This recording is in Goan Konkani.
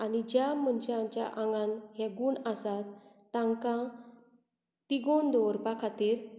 आनी ज्या मनशाच्या आंगांत हे गूण आसात तांकां तिगोवन दवरपा खातीर